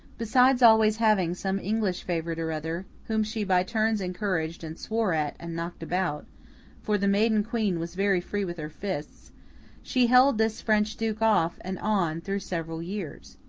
besides always having some english favourite or other whom she by turns encouraged and swore at and knocked about for the maiden queen was very free with her fists she held this french duke off and on through several years.